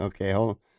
okay